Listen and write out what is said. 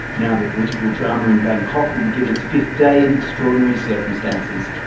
now the political drama in bangkok will begin its fifth day in extraordinary circumstances.